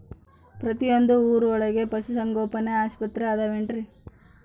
ಪ್ರತಿಯೊಂದು ಊರೊಳಗೆ ಪಶುಸಂಗೋಪನೆ ಆಸ್ಪತ್ರೆ ಅದವೇನ್ರಿ?